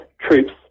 troops